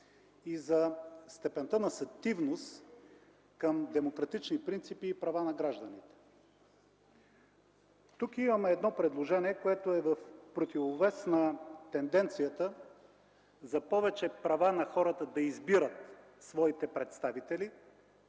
и за степента на сетивност към демократични принципи и права на гражданите. Тук имаме едно предложение, което е в противовес на тенденцията за повече права на хората да избират своите представители,